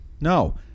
No